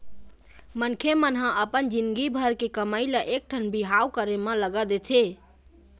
मनखे मन ह अपन जिनगी भर के कमई ल एकठन बिहाव करे म लगा देथे